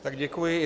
Tak děkuji.